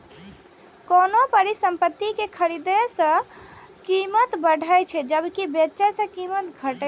कोनो परिसंपत्ति कें खरीदने सं कीमत बढ़ै छै, जबकि बेचै सं कीमत घटि जाइ छै